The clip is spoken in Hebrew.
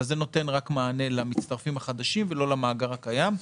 אבל זה נותן מענה רק למצטרפים החדשים ולא למאגר הקיים.